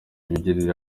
bigirire